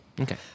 Okay